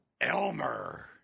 Elmer